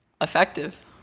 Effective